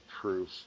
proof